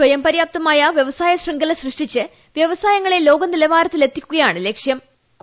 സ്വയം പര്യാപ്തമായ വൃവസായ ശൃംഖല സൃഷ്ടിച്ച് വൃവസായങ്ങളെ ലോകനിലവാരത്തിലെത്തിക്കുകയാണ് ലക്ഷ്യം